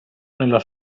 nella